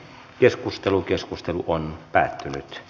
keskustelu keskustelu on päättynyt